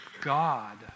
God